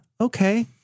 okay